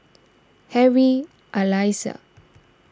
Harry Elias